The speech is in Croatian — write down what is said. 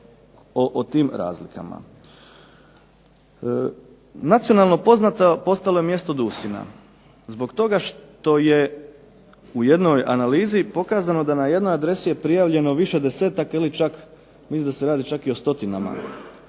o tim razlikama. Nacionalno poznato postalo je mjesto Dusina zbog toga što je u jednoj analizi pokazano da na jednoj adresi je prijavljeno više desetaka ili čak, mislim da se radi čak i o stotinama